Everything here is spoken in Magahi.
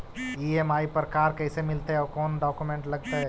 ई.एम.आई पर कार कैसे मिलतै औ कोन डाउकमेंट लगतै?